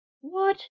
What